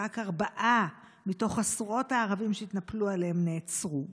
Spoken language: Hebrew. רק ארבעה מתוך עשרות הערבים שהתנפלו עליהם נעצרו,